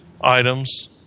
items